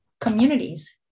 communities